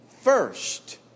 first